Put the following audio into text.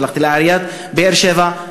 שלחתי לעיריית באר-שבע.